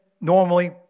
normally